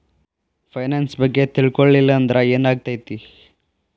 Finance ಬಗ್ಗೆ ತಿಳ್ಕೊಳಿಲ್ಲಂದ್ರ ಏನಾಗ್ತೆತಿ?